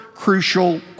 crucial